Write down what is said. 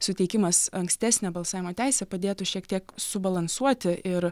suteikimas ankstesnę balsavimo teisę padėtų šiek tiek subalansuoti ir